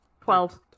twelve